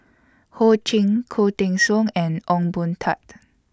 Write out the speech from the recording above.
Ho Ching Khoo Teng Soon and Ong Boon Tat